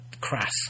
crass